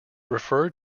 referred